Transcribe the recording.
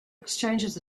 exchanges